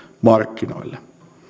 markkinoille